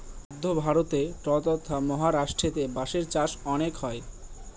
মধ্য ভারতে ট্বতথা মহারাষ্ট্রেতে বাঁশের চাষ অনেক হয়